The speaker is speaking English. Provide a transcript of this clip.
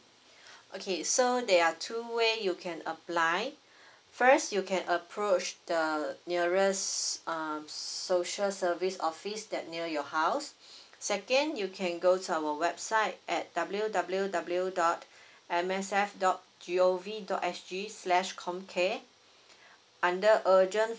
okay so there are two way you can apply first you can approach the nearest um social service office that near your house second you can go to our website at W W W dot M S F dot G O V dot S G slash comcare under urgent